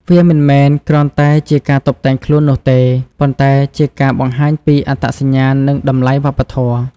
វាមិនមែនគ្រាន់តែជាការតុបតែងខ្លួននោះទេ ប៉ុន្តែជាការបង្ហាញពី អត្តសញ្ញាណ និងតម្លៃវប្បធម៌។